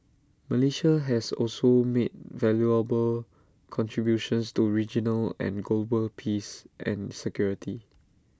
Malaysia has also made valuable contributions to regional and global peace and security